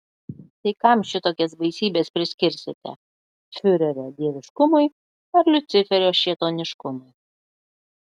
tai kam šitokias baisybes priskirsite fiurerio dieviškumui ar liuciferio šėtoniškumui